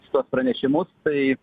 šituos pranešimus tai